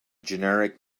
generic